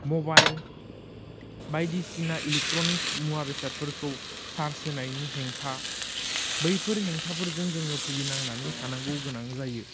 mobile बायदिसिना electronics मुवा बेसादफोरखौ चार्ज होनायनि हेंथा बैफोर हेंथाफोरजों जोङो भुगिनांनानै थानांगौ गोनां जायो